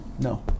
No